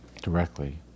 directly